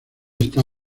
está